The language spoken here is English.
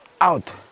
out